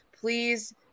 please